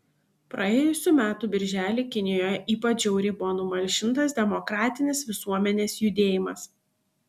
praėjusių metų birželį kinijoje ypač žiauriai buvo numalšintas demokratinis visuomenės judėjimas